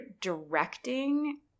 directing